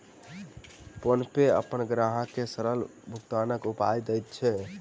PhonePe अपन ग्राहक के सरल भुगतानक उपाय दैत अछि